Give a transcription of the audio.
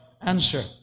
answer